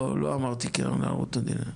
לא אמרתי הקרן לערבות המדינה,